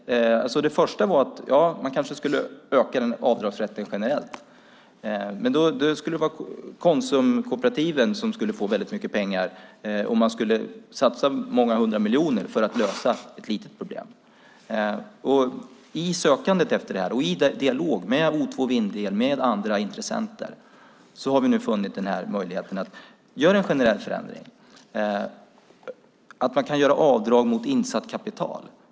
Det första var att man kanske skulle öka avdragsrätten generellt. Då skulle det bli som med konsumkooperativen, som fick mycket pengar, om man satsade många hundra miljoner för att lösa ett litet problem. I sökandet efter lösningar och i dialog med O2 Vindel och andra intressenter har vi nu funnit möjligheten att göra en generell förändring, att man ska kunna göra avdrag mot insatt kapital.